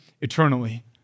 eternally